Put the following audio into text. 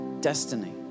destiny